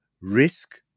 risk